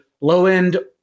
low-end